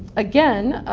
again,